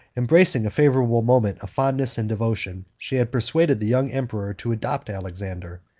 embracing a favorable moment of fondness and devotion, she had persuaded the young emperor to adopt alexander,